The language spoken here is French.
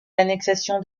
l’annexion